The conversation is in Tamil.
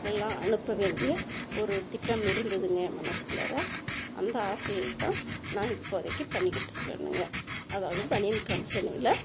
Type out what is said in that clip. எல்லாம் அனுப்ப வேண்டிய ஒரு திட்டம் இருந்ததுங்க என் மனசுக்குள்ளாரே அந்த ஆசையை தான் நான் இப்போதைக்கு பண்ணிக்கிட்டு இருக்கேணுங்க அதாவது பனியன் கம்பெனியில்